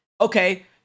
okay